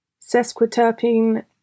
Sesquiterpene